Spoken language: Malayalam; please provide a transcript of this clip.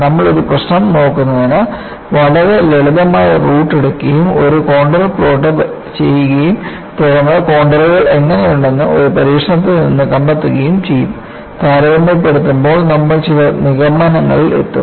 നമ്മൾ ഒരു പ്രശ്നം നോക്കുന്നതിന് വളരെ ലളിതമായ ഒരു റൂട്ട് എടുക്കുകയും ഒരു കോൺണ്ടർ പ്ലോട്ട് ചെയ്യുകയും തുടർന്ന് കോൺണ്ടറുകൾ എങ്ങനെയുണ്ടെന്ന് ഒരു പരീക്ഷണത്തിൽ നിന്നും കണ്ടെത്തുകയും ചെയ്യും താരതമ്യപ്പെടുത്തുമ്പോൾ നമ്മൾ ചില നിഗമനങ്ങളിൽ എത്തും